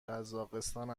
قزاقستان